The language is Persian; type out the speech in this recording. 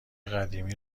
قدیمی